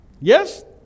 Yes